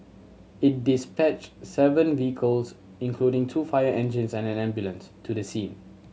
it dispatched seven vehicles including two fire engines and an ambulance to the scene